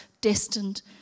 destined